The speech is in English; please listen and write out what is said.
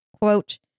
quote